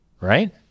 right